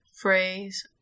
phrase